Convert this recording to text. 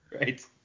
Right